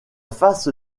face